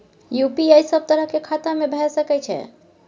UPI सब तरह के खाता में भय सके छै?